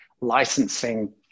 licensing